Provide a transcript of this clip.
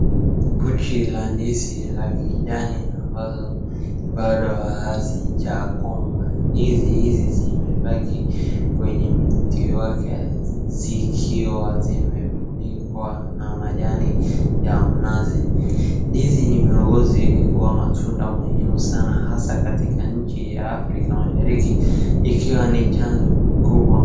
Banchi la ndizi la kijani ambalo bado hazijakomaa. Ndizi hizi zimebaki kwenye mti wake zikiwa zimefunikwa na majani ya mnazi. Ndizi ni mwongozi wa matunda muhimmu sana hasa katika nchi ya afrika mashariki ikiwa ni chanzo kubwa.